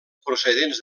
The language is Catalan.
procedents